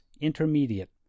intermediate